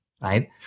right